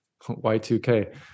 Y2K